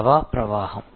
సేవా ప్రవాహం